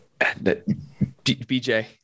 BJ